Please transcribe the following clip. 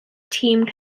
team